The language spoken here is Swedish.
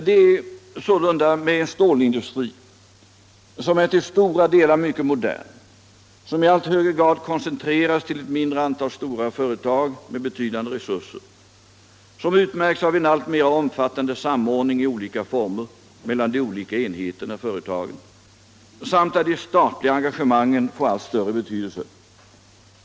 Det gäller sålunda en stålindustri som till stora delar är mycket modern, som i allt högre grad koncentreras till ett mindre antal stora företag med betydande resurser, som utmärks av en alltmer omfattande samordning i olika former mellan de olika enheterna — företagen — varvid de statliga engagemangen också får allt större betydelse.